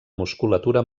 musculatura